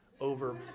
over